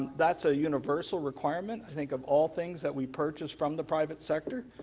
that's a universal requirement, i think of all things that we purchase from the private sector,